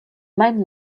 même